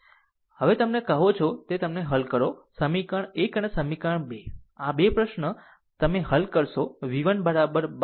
હવે તમે જેને કહો છો તેને હલ કરો સમીકરણ 1 અને સમીકરણ 2 આ 2 પ્રશ્ન તમે હલ કરશો v 1 બરાબર 12